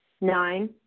Nine